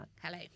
Hello